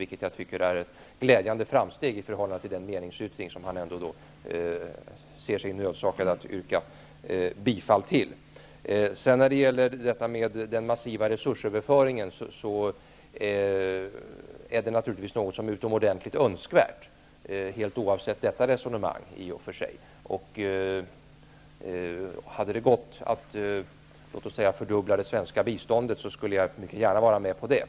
Det tycker jag är ett glädjande framsteg i förhållande till den meningsyttring som han ser sig nödsakad att yrka bifall till. En massiv resursöverföring är naturligtvis någonting utomordentligt önskvärt helt oavsett detta resonemang. Hade det gått att låt oss säga fördubbla det svenska biståndet skulle jag mycket gärna vilja vara med på det.